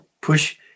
push